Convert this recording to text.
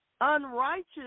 unrighteous